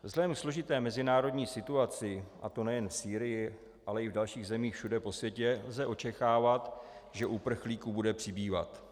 Vzhledem ke složité mezinárodní situaci, a to nejen v Sýrii, ale i v dalších zemích všude po světě, lze očekávat, že uprchlíků bude přibývat.